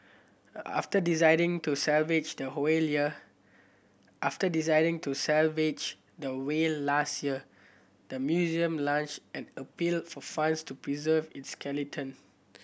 after deciding to salvage the after deciding to salvage the whale last year the museum launch an appeal for funds to preserve its skeleton